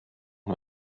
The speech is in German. nur